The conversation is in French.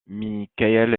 michael